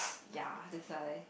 ya that's why